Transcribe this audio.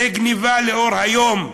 זו גנבה לאור היום,